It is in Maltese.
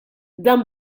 dan